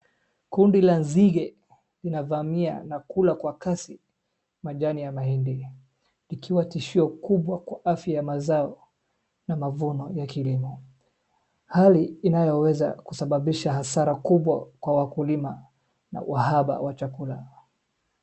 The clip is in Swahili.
Kundi la nzige linavamia na kula kwa kasi majani ya mahindi, ikiwa tishia kubwa kwa afya ya mazao na mavuno ya kilimo. Hali inayoweza kusababisha hasara kubwa kwa wakulima na uhaba wa chakula.